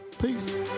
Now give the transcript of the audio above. Peace